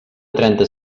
trenta